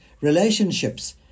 relationships